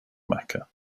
mecca